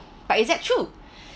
but is that true